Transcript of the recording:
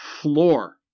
floor